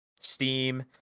steam